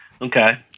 Okay